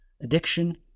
addiction